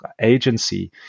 agency